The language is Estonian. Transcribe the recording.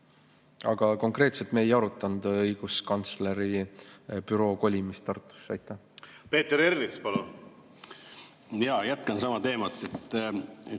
Aga konkreetselt me ei arutanud õiguskantsleri büroo kolimist Tartusse. Peeter Ernits, palun! Jaa. Jätkan sama teemat.